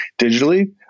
digitally